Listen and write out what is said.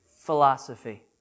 Philosophy